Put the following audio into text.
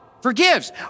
forgives